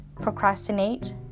procrastinate